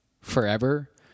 forever